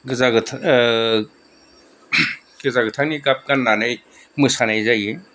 गोजा गोथां गोजा गोथांनि गाब गाननानै मोसानाय जायो